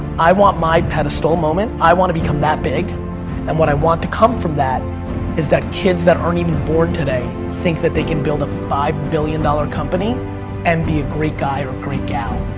i want my pedestal moment. i want to become that big and what i want to come from that is that kids that aren't even born today, think that they can build a five billion dollar company and be a great guy or a great gal.